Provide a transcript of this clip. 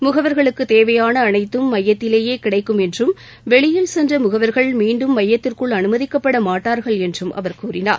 முகவர்களுக்குத் தேவையான அனைத்தும் மையத்திலேயே கிடைக்கும் என்றும் வெளியில் சென்ற முகவர்கள் மீண்டும் மையத்திற்குள் அனுமதிக்கப்பட மாட்டார்கள் என்றும் அவர் கூறினார்